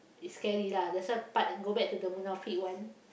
it's scary lah that's why part and go back to the Munafik one